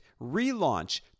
relaunch